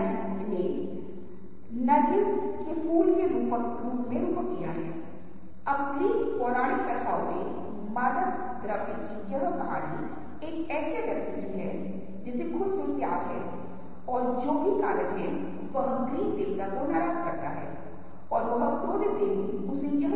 आप देखते हैं कि यदि कोई रंग बहुत उज्ज्वल है तो हमें यह व्याख्या करने की प्रवृत्ति होती है यह स्क्रीन पर बहुत स्पष्ट नहीं है लेकिन आप इसे पावर पॉइंट पर देख सकते हैं जो मैं आपके साथ साझा करूंगा कि जब कोई रंग बहुत उज्ज्वल दिखता है तो हमें यह महसूस होता है कि यह हमारे करीब है जब यह सुस्त है तो हमें लगता है कि यह हमसे दूर है